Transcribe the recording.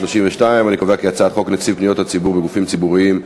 32. אני קובע כי הצעת חוק נציבי פניות הציבור בגופים ציבוריים,